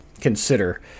consider